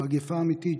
המגפה האמיתית,